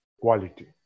quality